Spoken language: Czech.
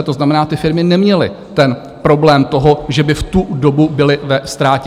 To znamená, ty firmy neměly ten problém, že by v tu dobu byly ve ztrátě.